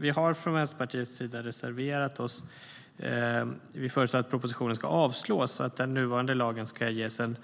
Vi har dock från Vänsterpartiets sida reserverat oss. Vi föreslår att propositionen ska avslås så att den nuvarande lagen ska ges en